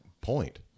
point